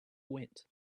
wit